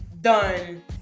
done